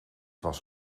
was